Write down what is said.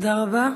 תודה רבה.